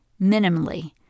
minimally